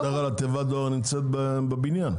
בדרך כלל תיבת הדואר נמצאת בבניין.